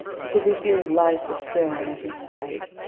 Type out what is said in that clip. because he feels life astir on every side.